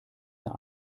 der